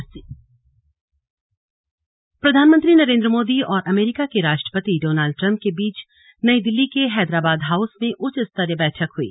Modi Trump मुलाकात प्रधानमंत्री नरेन्द्र मोदी और अमरीका के राष्ट्रपति डॉनल्डं ट्रम्प के बीच नई दिल्ली के हैदराबाद हाउस में उच्चस्तरीय बैठक हुई